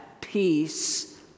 peace